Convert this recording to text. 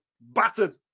battered